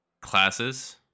classes